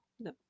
no